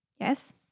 Yes